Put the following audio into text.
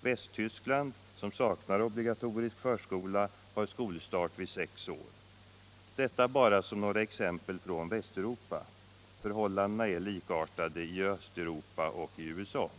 Västtyskland, som saknar obligatorisk förskola, har skolstarten vid sex år. Detta bara som några exempel från Västeuropa — förhållandena är likartade i Östeuropa och i USA.